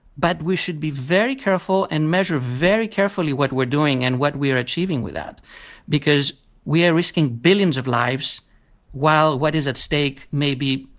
but we should be very careful and measure very carefully what we're doing and what we are achieving with that because we are risking billions of lives while what is at stake may be,